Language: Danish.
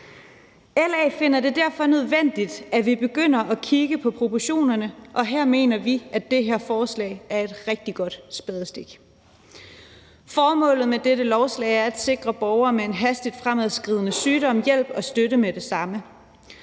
LA finder det derfor nødvendigt, at vi begynder at kigge på proportionerne, og her mener vi, at det her forslag er et rigtig godt spadestik. Formålet med dette lovforslag er at sikre borgere med en hastigt fremadskridende sygdom hjælp og støtte med det samme,